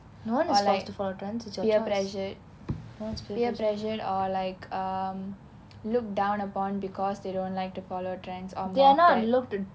but like peer pressured peer pressured or like um looked down upon because they don't like to follow trends or like trends